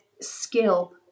skill